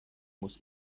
muss